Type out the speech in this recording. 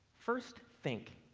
first, think.